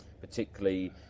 particularly